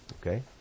Okay